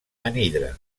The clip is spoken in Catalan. anhidre